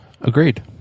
Agreed